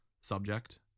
subject